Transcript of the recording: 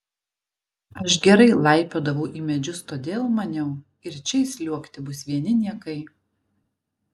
aš gerai laipiodavau į medžius todėl maniau ir čia įsliuogti bus vieni niekai